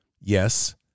Yes